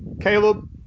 caleb